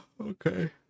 okay